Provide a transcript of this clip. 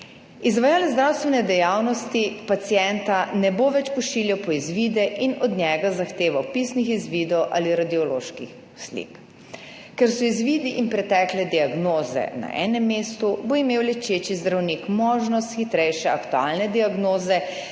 Izvajalec zdravstvene dejavnosti pacienta ne bo več pošiljal po izvide in od njega zahteval pisnih izvidov ali radioloških slik. Ker so izvidi in pretekle diagnoze na enem mestu, bo imel lečeči zdravnik možnost hitrejše aktualne diagnoze,